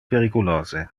periculose